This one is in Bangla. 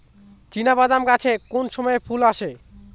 চিনাবাদাম গাছে কোন সময়ে ফুল আসে?